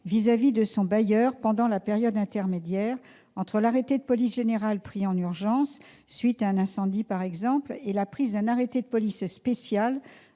vis-à-vis de son bailleur pendant la période intermédiaire entre l'arrêté de police générale pris en urgence, à la suite d'un incendie, par exemple, et la prise d'un arrêté de police spéciale